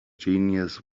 genies